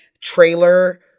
trailer